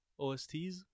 OSTs